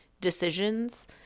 decisions